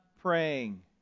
praying